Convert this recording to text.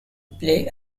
play